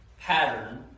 pattern